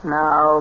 now